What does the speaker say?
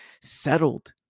settled